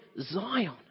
Zion